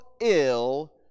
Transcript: ill